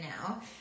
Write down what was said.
now